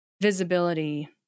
visibility